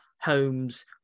Homes